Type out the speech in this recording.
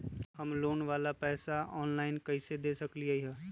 हम लोन वाला पैसा ऑनलाइन कईसे दे सकेलि ह?